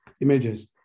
images